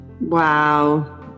Wow